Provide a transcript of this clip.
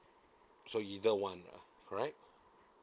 so either one lah right